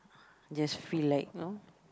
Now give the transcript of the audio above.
just free like you know